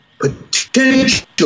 potential